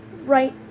right